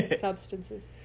substances